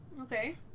Okay